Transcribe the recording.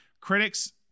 Critics